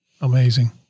Amazing